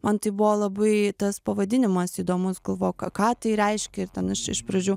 man tai buvo labai tas pavadinimas įdomus galvoju ką ką tai reiškia ir ten aš iš pradžių